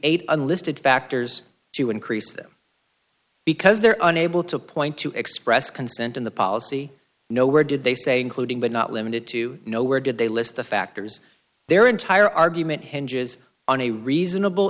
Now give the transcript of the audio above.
eight unlisted factors to increase them because they're unable to point to express consent in the policy no where did they say including but not limited to no where did they list the factors their entire argument hinges on a reasonable